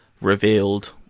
revealed